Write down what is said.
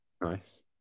Nice